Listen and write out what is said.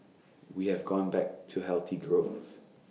we have gone back to healthy growth